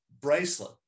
bracelet